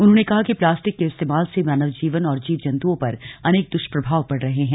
उन्होंने कहा कि प्लास्टिक के इस्तेमाल से मानव जीवन और जीव जन्तुओं पर अनेक दुष्प्रभाव पड़ रहे हैं